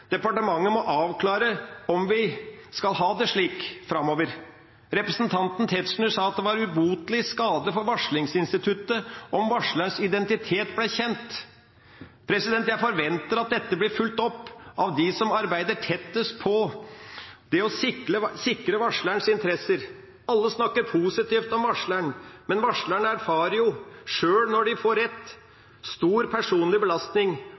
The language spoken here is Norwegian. Departementet må avklare om vi skal ha det slik framover. Representanten Tetzschner sa at det var ubotelig skade for varlingsinstituttet om varslerens identitet ble kjent. Jeg forventer at dette blir fulgt opp av dem som arbeider tettest på det å sikre varslerens interesser. Alle snakker positivt om varslere, men varslere erfarer jo selv når de får rett, stor personlig belastning,